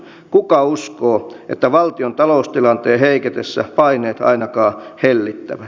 kuka uskoo että valtion taloustilanteen heiketessä paineet ainakaan hellittävät